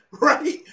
Right